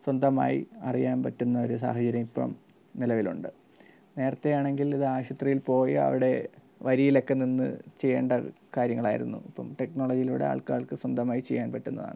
സ്വന്തമായി അറിയാൻ പറ്റുന്നൊരു സാഹചര്യം ഇപ്പം നിലവിലുണ്ട് നേരത്തെയാണെങ്കിലിത് ആശുത്രിയിൽ പോയി അവിടെ വരിയിലൊക്കെ നിന്നു ചെയ്യേണ്ട കാര്യങ്ങളായിരുന്നു ഇപ്പം ടെക്നോളജിയിലൂടാൾക്കാർക്ക് സ്വന്തമായി ചെയ്യാൻ പറ്റുന്നതാണ്